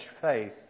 faith